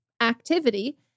activity